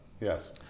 Yes